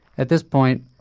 at this point,